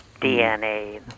DNA